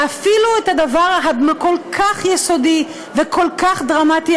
ואפילו את הדבר הכל-כך יסודי וכל כך דרמטי